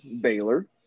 Baylor